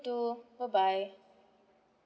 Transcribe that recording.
too bye bye